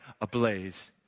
ablaze